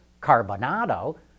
Carbonado